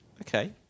Okay